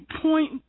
point